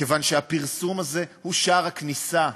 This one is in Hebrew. כיוון שהפרסום הזה הוא שער הכניסה.